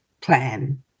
plan